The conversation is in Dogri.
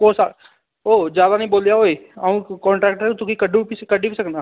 कुस आ ओह् जैदा निं बोल्लेआं ओए अ'ऊं कान्ट्रैक्टर आं तुकी कड्ढी कड्ढी बी सकनां